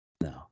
No